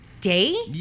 day